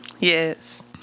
Yes